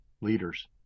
leaders